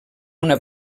una